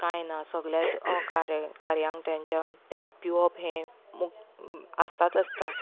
कांय ना सगल्या कार्यां कार्यांक तेंच्या पियोप हें मुक्त आसतात आसता